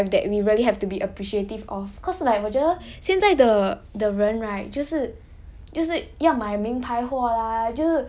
ya then 就是 that's just like the little things in life that we really have to be appreciative of cause like 我觉得现在的的人 right 就是